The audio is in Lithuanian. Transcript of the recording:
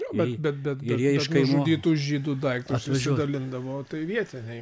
nu bet bet bet bet bet nužudytų žydų daiktus išsidalindavo tai vietiniai